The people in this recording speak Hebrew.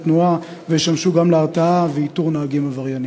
תנועה וישמשו גם להרתעה ולאיתור של נהגים עבריינים.